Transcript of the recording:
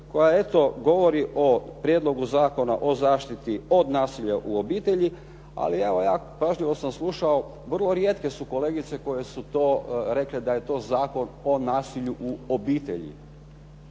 koja eto govori o Prijedlogu zakona o zaštiti od nasilja u obitelji. Ali evo ja, pažljivo sam slušao vrlo rijetke su kolegice koje su to rekle da je to Zakon o nasilju u obitelji.